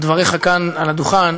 על דבריך כאן על הדוכן,